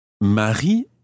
marie